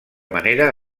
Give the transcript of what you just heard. manera